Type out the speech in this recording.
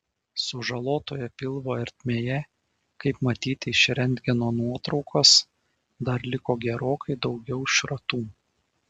sužalotoje pilvo ertmėje kaip matyti iš rentgeno nuotraukos dar liko gerokai daugiau šratų